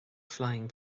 flying